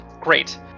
great